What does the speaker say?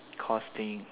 course thing